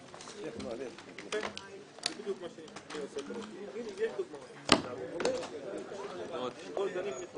הישיבה ננעלה בשעה 12:23.